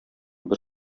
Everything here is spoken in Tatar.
бер